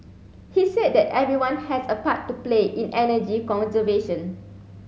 he said that everyone has a part to play in energy conservation